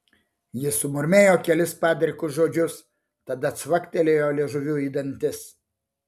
jis sumurmėjo kelis padrikus žodžius tada cvaktelėjo liežuviu į dantis